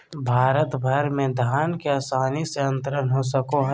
भारत भर में धन के आसानी से अंतरण हो सको हइ